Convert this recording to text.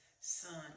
son